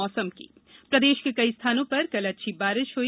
मौसम बारिश प्रदेष के कई स्थानों पर कल अच्छी बारिष हई